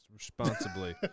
responsibly